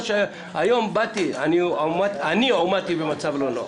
היום אני אישית הועמדתי במצב לא נוח